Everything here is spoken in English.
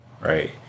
right